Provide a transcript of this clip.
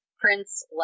Prince